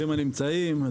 ברוכים הנמצאים.